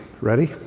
Ready